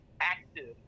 active